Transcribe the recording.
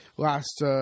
Last